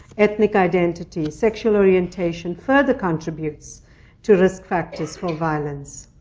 ethnic identity, sexual orientation, further contributes to risk factors for violence.